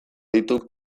ditu